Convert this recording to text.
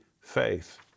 faith